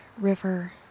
river